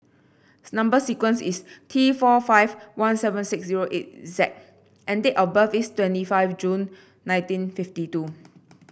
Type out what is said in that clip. number sequence is T four five one seven six zero eight Z and date of birth is twenty five June nineteen fifty two